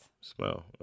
Smell